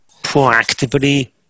proactively